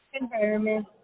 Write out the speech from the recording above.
environment